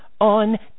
on